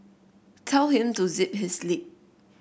tell him to zip his lip